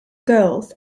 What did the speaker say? girls